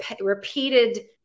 repeated